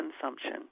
consumption